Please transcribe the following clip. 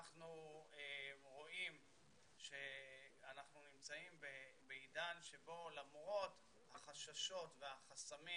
אנחנו רואים שאנחנו נמצאים בעידן שבו למרות החששות והחסמים